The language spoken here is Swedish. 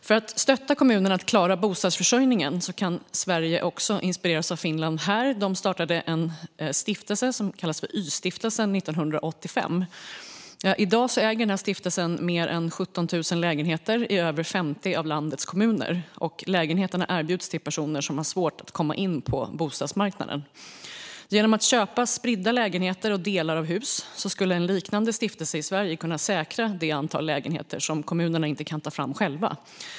För att stötta kommunerna att klara bostadsförsörjningen kan Sverige även här inspireras av Finland. Där startade man 1985 en stiftelse som kallas Y-stiftelsen 1985. Stiftelsen äger i dag mer än 17 000 lägenheter i över 50 av landets kommuner, och lägenheterna erbjuds personer som har svårt att komma in på bostadsmarknaden. Genom att köpa spridda lägenheter och delar av hus skulle en liknande stiftelse i Sverige kunna säkra det antal lägenheter som kommunerna inte kan ta fram själva.